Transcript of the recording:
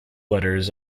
letters